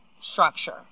structure